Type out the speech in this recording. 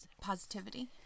Positivity